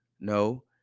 no